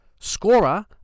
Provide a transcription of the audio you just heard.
Scorer